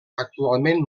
actualment